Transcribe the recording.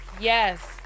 yes